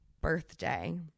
birthday